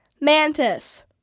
Mantis